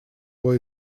его